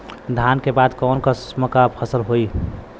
धान के बाद कऊन कसमक फसल होई?